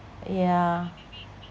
yeah